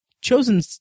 chosen